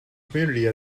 community